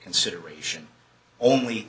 consideration only